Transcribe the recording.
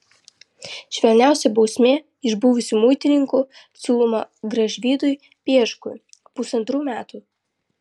švelniausia bausmė iš buvusių muitininkų siūloma gražvydui pieškui pusantrų metų